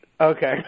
Okay